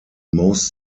most